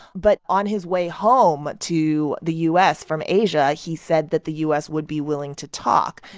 but on his way home but to the u s. from asia, he said that the u s. would be willing to talk.